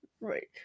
Right